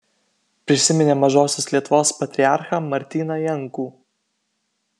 prisiminė mažosios lietuvos patriarchą martyną jankų